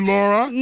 Laura